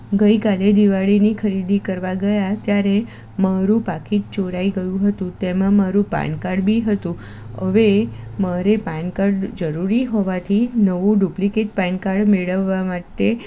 ગઈ કાલે દિવાળીની ખરીદી કરવા ગયાં ત્યારે મારું પાકીટ ચોરાઈ ગયું હતું તેમાં મારું પાન કાર્ડ બી હતું હવે મારે પાન કાર્ડ જરૂરી હોવાથી નવું ડુપ્લીકેટ પાન કાર્ડ મેળવવા માટે